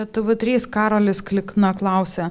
tv trys karolis klikna klausia